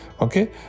Okay